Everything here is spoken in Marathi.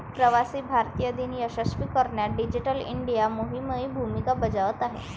प्रवासी भारतीय दिन यशस्वी करण्यात डिजिटल इंडिया मोहीमही भूमिका बजावत आहे